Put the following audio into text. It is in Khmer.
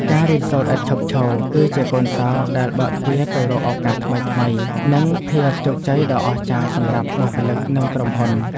ការរៀនសូត្រឥតឈប់ឈរ គឺជាកូនសោរដែលបើកទ្វារទៅរកឱកាសថ្មីៗ និងភាពជោគជ័យដ៏អស្ចារ្យសម្រាប់បុគ្គលិកនិងក្រុមហ៊ុន។